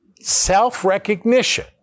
Self-recognition